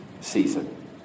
season